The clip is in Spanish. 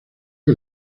que